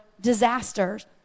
disasters